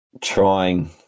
trying